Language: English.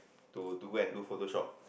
to to go and do Photoshop